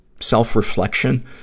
self-reflection